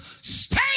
stay